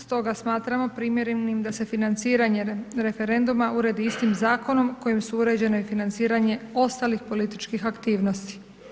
stoga smatramo primjerenim da se financiranje referenduma uredi istim zakonom kojim su uređene i financiranje ostalih političkih aktivnosti.